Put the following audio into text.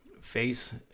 face